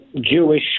Jewish